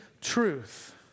truth